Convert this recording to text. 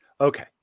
Okay